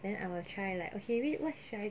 then I will try like okay what should I